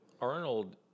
Arnold